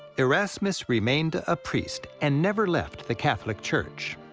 erasmus remained a priest and never left the catholic church.